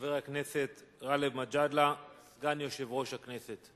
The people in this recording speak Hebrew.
חבר הכנסת גאלב מג'אדלה, סגן יושב-ראש הכנסת.